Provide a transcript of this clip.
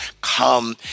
come